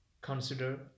Consider